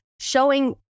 showing